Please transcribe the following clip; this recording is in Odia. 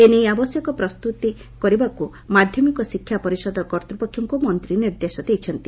ଏନେଇ ଆବଶ୍ୟକ ପ୍ରସ୍ତୁତି କରିବାକୁ ମାଧ୍ଧମିକ ଶିକ୍ଷା ପରିଷଦ କର୍ତ୍ତୃପକ୍ଷଙ୍କୁ ମନ୍ତ୍ରୀ ନିର୍ଦ୍ଦେଶ ଦେଇଛନ୍ତି